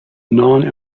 non